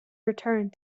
returned